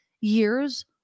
years